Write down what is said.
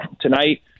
tonight